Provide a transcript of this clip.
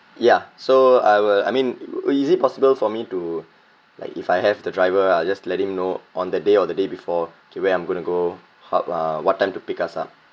ya so I will I mean is it possible for me to like if I have the driver I'll just let him know on the day or the day before okay where I'm going to go hap~ uh what time to pick us up